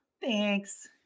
Thanks